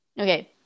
okay